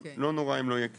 לא נורא אם לא יהיה קירור.